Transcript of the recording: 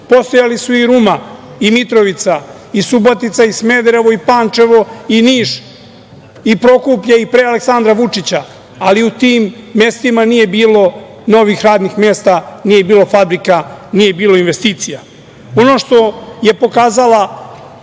sela. Postojali su i Ruma, Mitrovica, Subotica, Smederevo, Pančevo, Niš, Prokuplje i pre Aleksandra Vučića, ali u tim mestima nije bilo novih radnih mesta, nije bilo investicija. Ono što je pokazala